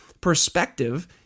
perspective